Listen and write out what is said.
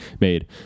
made